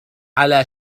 على